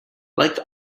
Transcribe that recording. like